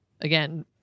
again